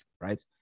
right